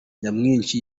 nyamwinshi